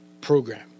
program